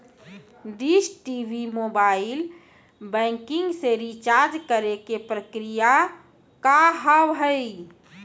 Dish TV mobile banking से recharge करे के प्रक्रिया का हाव हई?